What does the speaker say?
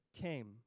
came